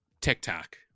TikTok